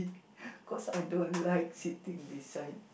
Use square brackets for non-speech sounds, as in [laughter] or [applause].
[breath] cause I don't like sitting beside